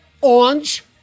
Orange